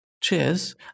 cheers